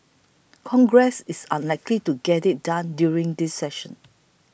congress is unlikely to get it done during this session